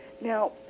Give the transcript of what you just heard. Now